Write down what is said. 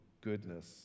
goodness